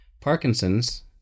Parkinson's